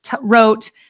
wrote